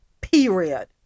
Period